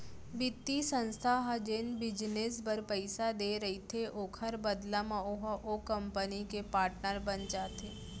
बित्तीय संस्था ह जेन बिजनेस बर पइसा देय रहिथे ओखर बदला म ओहा ओ कंपनी के पाटनर बन जाथे